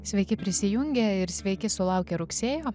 sveiki prisijungę ir sveiki sulaukę rugsėjo